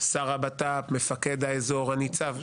שר הבט"פ, מפקד האזור, הניצב.